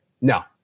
No